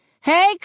Hey